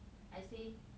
I say